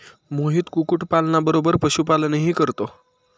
मोहित कुक्कुटपालना बरोबर पशुपालनही करतो